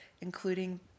including